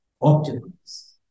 optimize